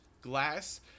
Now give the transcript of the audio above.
Glass